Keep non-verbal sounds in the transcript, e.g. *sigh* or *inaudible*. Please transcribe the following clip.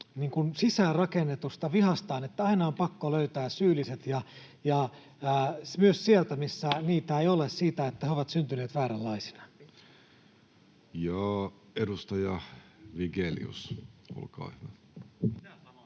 sisäänrakennetusta vihastaan, että aina on pakko löytää syylliset ja myös sieltä, *noise* missä niitä ei ole, siitä, että he ovat syntyneet vääränlaisina. [Sebastian Tynkkynen: Mitä